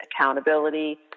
accountability